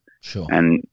Sure